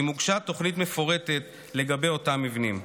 אם הוגשה תוכנית מפורטת לגבי אותם מבנים.